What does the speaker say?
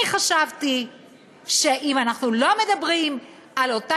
אני חשבתי שאם אנחנו לא מדברים על אותן